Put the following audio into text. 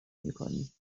میکنیم